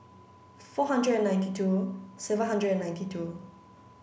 four hundred ninety two seven hundred ninety two